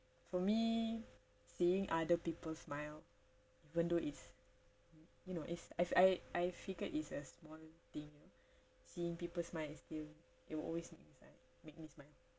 for me seeing other people smile even though it's you know it's I f~ I figure it's a small thing you know seeing people smile is feel it will always inside make me smile